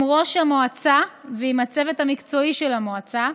ראש המועצה ועם הצוות המקצועי של המועצה,